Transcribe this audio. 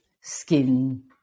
skin